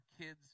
kids